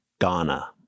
Ghana